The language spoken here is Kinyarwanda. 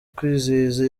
kwizihiza